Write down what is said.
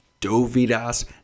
Dovidas